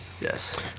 Yes